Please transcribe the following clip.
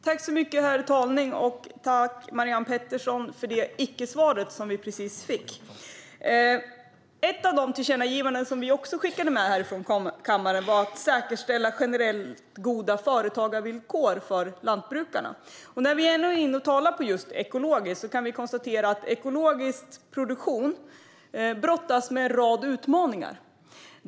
Herr talman! Tack, Marianne Pettersson, för det icke-svar jag precis fick! Ett av de tillkännagivanden som vi också skickade med härifrån kammaren var att säkerställa generellt goda företagarvillkor för lantbrukarna. När vi talar om just ekologiskt kan vi konstatera att ekologisk produktion brottas med en rad utmaningar.